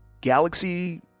galaxy